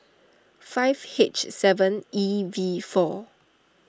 five H seven E V four